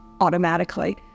automatically